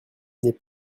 n’est